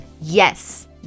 yes